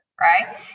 right